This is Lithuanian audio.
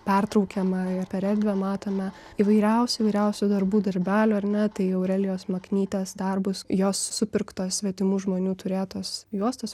pertraukiamą ir per erdvę matome įvairiausių įvairiausių darbų darbelių ar ne tai aurelijos maknytės darbus jos supirktos svetimų žmonių turėtos juostos